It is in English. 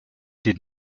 did